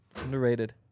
Underrated